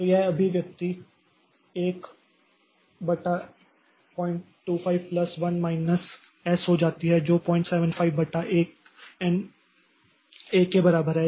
तो यह अभिव्यक्ति 1 बटा 025 प्लस 1 माइनस एस हो जाती है जो 075 बटा 1 एन 1 के बराबर है